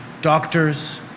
doctors